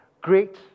Great